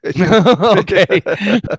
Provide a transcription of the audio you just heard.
Okay